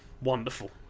Wonderful